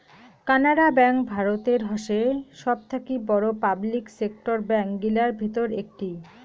Canara bank ভারতের হসে সবথাকি বড়ো পাবলিক সেক্টর ব্যাঙ্ক গিলার ভিতর একটি